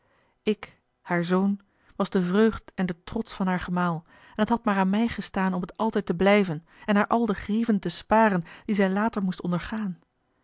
ik haar zoon was de vreugd en de trots van haar gemaal en het had maar aan mij gestaan om het altijd te blijven en haar al de grieven te sparen die zij later moest ondergaan